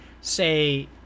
say